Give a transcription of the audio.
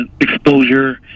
exposure